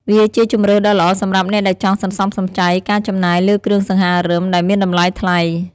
វាជាជម្រើសដ៏ល្អសម្រាប់អ្នកដែលចង់សន្សំសំចៃការចំណាយលើគ្រឿងសង្ហារិមដែលមានតម្លៃថ្លៃ។